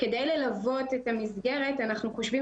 כדי ללוות את המסגרת אנחנו חושבים